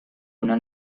una